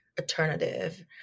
alternative